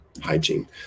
hygiene